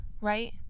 right